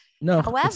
No